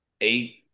eight